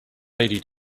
lady